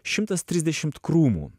šimtas trisdešimt krūmų